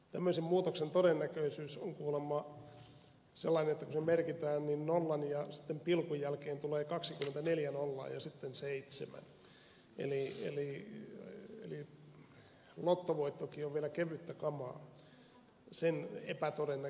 tämmöisen muutoksen todennäköisyys on kuulemma sellainen että kun se merkitään niin nollan ja pilkun jälkeen tulee kaksikymmentäneljä nollaa ja sitten seitsemän eli lottovoittokin on vielä kevyttä kamaa sen epätodennäköisyyden rinnalla